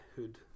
hood